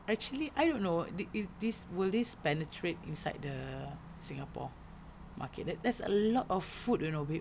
actually I don't know if this will will this penetrate inside the Singapore market there's a lot of food you know babe